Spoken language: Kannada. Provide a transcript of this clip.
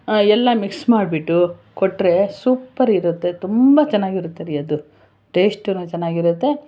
ಎಲ್ಲ ಮಿಕ್ಸ್ ಮಾಡಿಬಿಟ್ಟು ಕೊಟ್ಟರೆ ಸೂಪ್ಪರ್ ಇರುತ್ತೆ ತುಂಬ ಚೆನ್ನಾಗಿರುತ್ತೆ ರೀ ಅದು ಟೇಸ್ಟು ಚೆನ್ನಾಗಿರುತ್ತೆ